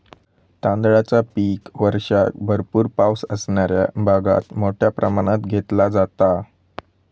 तांदळाचा पीक वर्षाक भरपूर पावस असणाऱ्या भागात मोठ्या प्रमाणात घेतला जाता